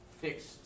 fixed